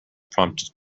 prompted